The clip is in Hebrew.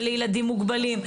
לילדים מוגבלים,